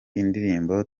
indirimbo